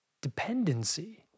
dependency